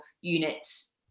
units